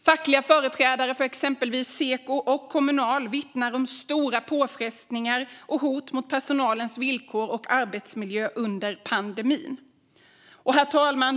Fackliga företrädare för exempelvis Seko och Kommunal vittnar om stora påfrestningar och hot mot personalens villkor och arbetsmiljö under pandemin.